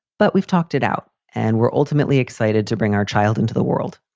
but we've talked it out and we're ultimately excited to bring our child into the world.